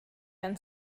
and